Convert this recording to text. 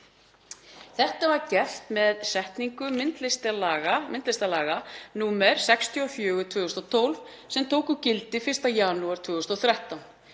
Þetta var gert með setningu myndlistarlaga, nr. 64/2012, sem tóku gildi 1. janúar 2013.